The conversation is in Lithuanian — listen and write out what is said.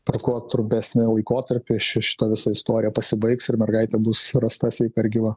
per kuo trumpesnį laikotarpį ši šita visa istorija pasibaigs ir mergaitė bus surasta sveika ir gyva